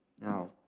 now